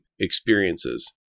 experiences